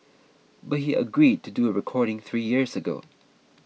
but he agreed to do a recording three years ago